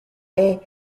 est